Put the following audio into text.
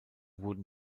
wurden